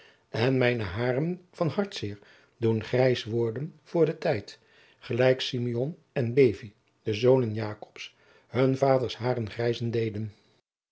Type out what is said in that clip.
en mijne hairen van hartzeer doen grijs worden voor den tijd gelijk simeon en levi de zoonen jacobs hun vaders hairen grijzen deden